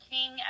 King